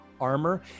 armor